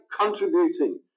contributing